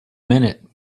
minute